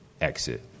exit